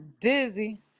dizzy